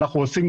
אנחנו עושים,